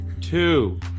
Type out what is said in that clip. two